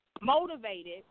motivated